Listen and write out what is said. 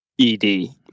ED